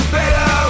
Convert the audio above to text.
better